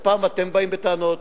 אז פעם אתם באים בטענות,